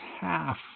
half